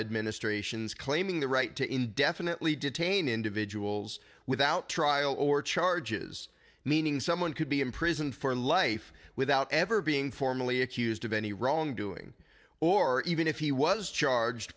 administrations claiming the right to indefinitely detain individuals without trial or charges meaning someone could be imprisoned for life without ever being formally accused of any wrongdoing or even if he was charged